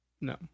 No